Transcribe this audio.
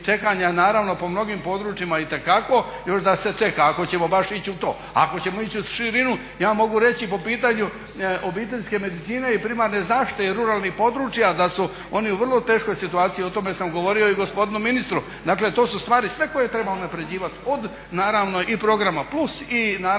čekanja naravno po mnogim područjima itekako još da se čeka. Ako ćemo baš ići u to, a ako ćemo ići u širinu ja mogu reći po pitanju obiteljske medicine i primarne zaštite ruralnih područja da su oni u vrlo teškoj situaciji. O tome sam govorio i gospodinu ministru. Dakle, to su stvari sve koje treba unapređivati, od naravno i programa plus i naravno